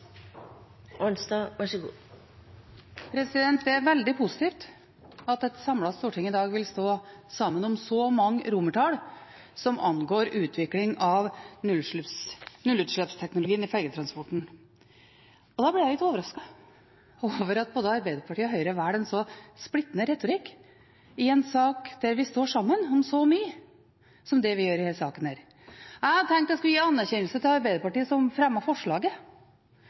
veldig positivt at et samlet storting i dag vil stå sammen om så mange romertall som angår utvikling av nullutslippsteknologien i fergetransporten. Da blir jeg litt overrasket over at både Arbeiderpartiet og Høyre velger en så splittende retorikk i en sak der vi står sammen om så mye som det vi gjør i denne saken. Jeg tenkte jeg skulle gi anerkjennelse til Arbeiderpartiet, som